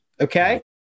okay